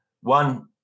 One